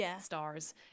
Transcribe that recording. stars